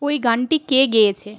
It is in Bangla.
ওই গানটি কে গেয়েছে